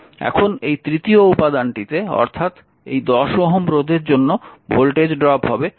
এখন এই তৃতীয় উপাদানটিতে অর্থাৎ এই 10 Ω রোধের জন্য ভোল্টেজ ড্রপ হবে 10i1 10